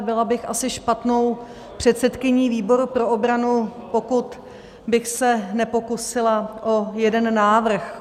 Byla bych asi špatnou předsedkyní výboru pro obranu, pokud bych se nepokusila o jeden návrh.